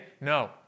No